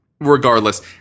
regardless